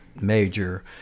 major